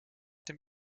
dem